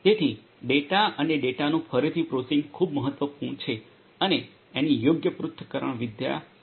તેથી ડેટા અને ડેટાનું ફરીથી પ્રોસેસિંગ ખૂબ મહત્વપૂર્ણ છે અને એની યોગ્ય પૃથક્કરણવિદ્યા કરવી પડશે